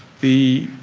the